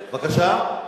בבקשה,